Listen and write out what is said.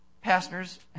Pastors